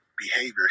behavior